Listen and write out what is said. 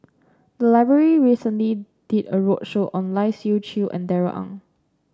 the library recently did a roadshow on Lai Siu Chiu and Darrell Ang